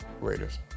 Raiders